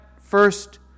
first